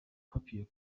papier